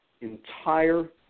entire